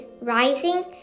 Rising